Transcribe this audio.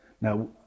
Now